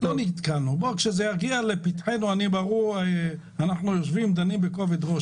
כשזה יגיע לפתחנו, אנחנו יושבים ודנים בכובד-ראש.